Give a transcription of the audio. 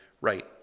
Right